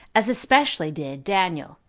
as especially did daniel,